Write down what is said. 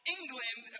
England